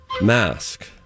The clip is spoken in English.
Mask